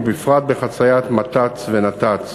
ובפרט בחציית מת"צ ונת"צ,